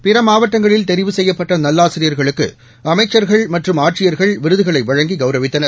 பிற மாவட்டங்களில் தெரிவு செய்யப்பட்ட நல்லாசிரியாகளுக்கு அமைச்சா்கள் மற்றும் ஆட்சியா்கள் விருதுகளை வழங்கி கௌரவித்தனர்